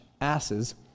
asses